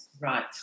right